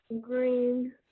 Green